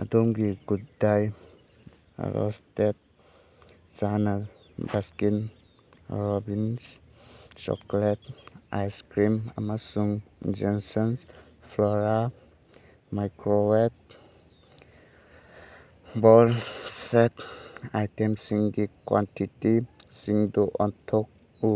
ꯑꯗꯣꯝꯒꯤ Good Day roasted chana Baskin Robbins chocolate ice cream ꯑꯃꯁꯨꯡ ꯖꯦꯁꯟꯁ ꯐ꯭ꯂꯣꯔꯥ ꯃꯥꯏꯀ꯭ꯔꯣꯋꯦꯞ ꯕꯣꯜ ꯁꯦꯠ ꯑꯥꯏꯇꯦꯝꯁꯤꯡꯒꯤ ꯀ꯭ꯋꯥꯟꯇꯤꯇꯤꯁꯤꯡꯗꯨ ꯑꯣꯟꯊꯣꯛꯎ